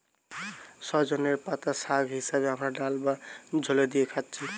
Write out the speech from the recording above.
সজনের পাতা শাগ হিসাবে আমরা ডাল বা ঝোলে দিয়ে খাচ্ছি